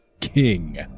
king